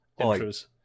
intros